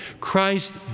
Christ